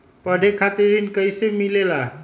पढे खातीर ऋण कईसे मिले ला?